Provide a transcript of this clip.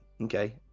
okay